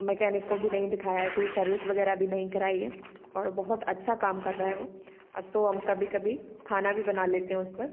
mechanic को भी नहीं दिखाया है कोई सर्विस वगैरह भी नहीं कराई है और बहुत अच्छा काम कर रहा है वो अब तो हम कभी कभी खाना भी बना लेते हैं उस पर